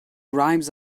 rhymes